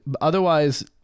Otherwise